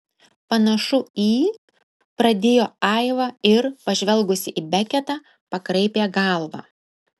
panašu į pradėjo aiva ir pažvelgusi į beketą pakraipė galvą